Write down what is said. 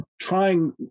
trying